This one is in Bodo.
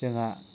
जोंहा